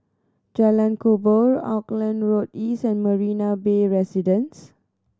Jalan Kubor Auckland Road East and Marina Bay Residences